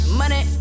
money